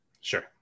Sure